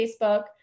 Facebook